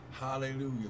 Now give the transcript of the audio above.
Hallelujah